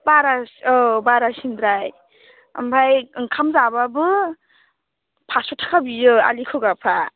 बारा औ बारासिन्द्राय ओमफ्राय ओंखाम जाबाबो फासस' थाखा बियो आलि खोग्राफ्रा